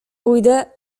pójdę